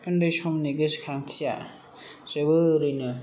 उन्दै समनि गोसोखांथिया जोबोरैनो